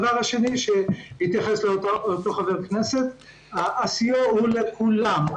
הדבר השני שמתייחס לאותו חבר כנסת הסיוע הוא לכולם.